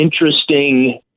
interesting